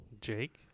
Jake